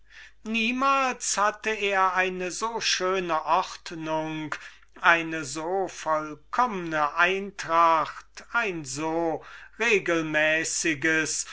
niemals hatte er eine so schöne ordnung eine so vollkommne eintracht ein so regelmäßiges